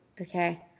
okay